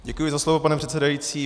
Děkuji za slovo, pane předsedající.